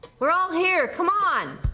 we're all here, come on!